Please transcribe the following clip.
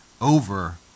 over